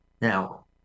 Now